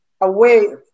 away